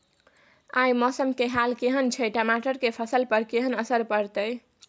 आय मौसम के हाल केहन छै टमाटर के फसल पर केहन असर परतै?